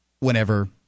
Whenever